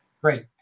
Great